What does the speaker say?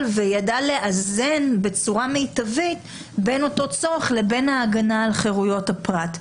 וידע לאזן בצורה מיטבית בין אותו צורך לבין ההגנה על חרויות הפרט.